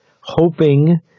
hoping